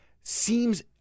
seems